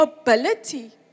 ability